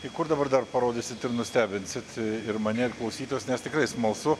tai kur dabar dar parodysit ir nustebinsit ir mane ir klausytojus nes tikrai smalsu